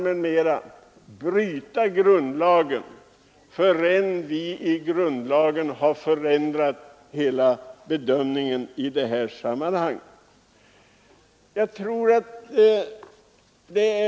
Om det skall göras avkall på grundlagen, så är det riksdagen själv som skall ändra den.